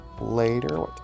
later